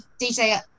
DJ